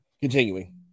continuing